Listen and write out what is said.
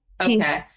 Okay